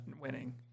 winning